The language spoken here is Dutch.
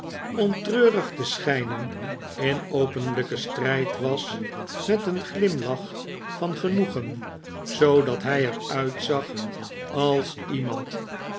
om treurig te schijnen in openlijken strijd was met een glimlach van genoegen zoodat hij er uitzag als iemand